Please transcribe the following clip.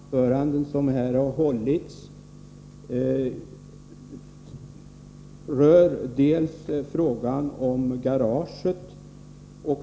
Herr talman! Ett av de anföranden som här har hållits rör frågan om garaget.